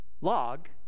log